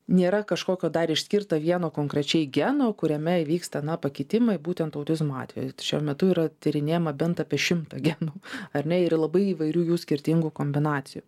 nėra kažkokio dar išskirta vieno konkrečiai geno kuriame įvyksta na pakitimai būtent autizmo atvejų šiuo metu yra tyrinėjama bent apie šimtą genų ar ne yra labai įvairių jų skirtingų kombinacijų